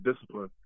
discipline